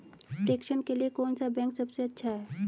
प्रेषण के लिए कौन सा बैंक सबसे अच्छा है?